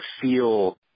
feel